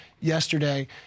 yesterday